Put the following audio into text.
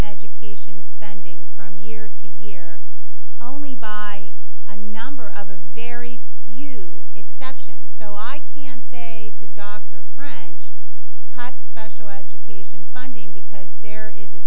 education spending from year to year only by a number of a very few exceptions so i can say to dr french hot special education funding because there is a